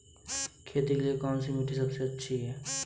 खेती के लिए कौन सी मिट्टी सबसे अच्छी है?